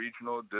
regional